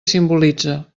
simbolitze